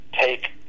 take